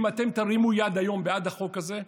אם אתם תרימו יד היום בעד החוק הזה,